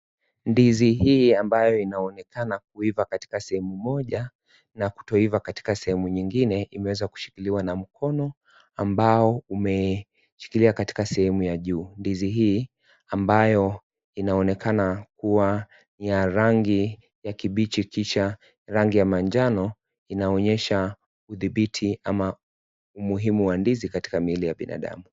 Ndizi hii ambayo inaonekana kuiva katika sehemu moja na kutoiva katika sehemu nyingine imeweza kushikiliwa na mkono ambao umeshikilia katika sehemu ya juu. Ndizi hii ambayo inaonekana kuwa ya rangi ya kibichi kisha rangi ya manjano, inaonyesha udhibiti ama umuhimu wa ndizi katika miili ya binadamu.